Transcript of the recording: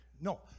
No